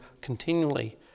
continually